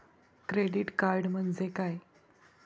Credit card म्हणजे काय?